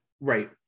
Right